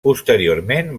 posteriorment